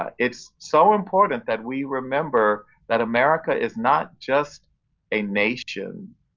ah it's so important that we remember that america is not just a nation,